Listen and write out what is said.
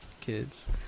kids